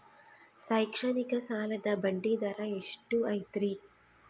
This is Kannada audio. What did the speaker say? ಶೈಕ್ಷಣಿಕ ಸಾಲದ ಬಡ್ಡಿ ದರ ಎಷ್ಟು ಐತ್ರಿ?